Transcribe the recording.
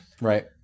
Right